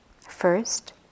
first